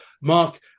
Mark